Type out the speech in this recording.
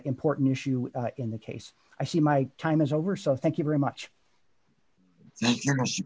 important issue in the case i see my time is over so thank you very much